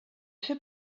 fait